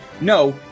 no